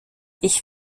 ich